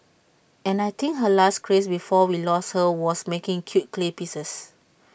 and I think her last craze before we lost her was making cute clay pieces